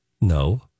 No